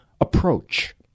approach